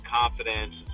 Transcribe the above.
confidence